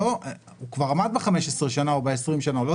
הוא כבר עמד ב-15 שנים או ב-20 שנים והוא לא